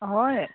হয়